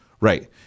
Right